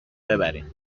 ببرین